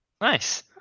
Nice